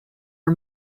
for